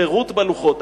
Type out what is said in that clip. חירות בלוחות.